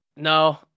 no